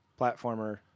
platformer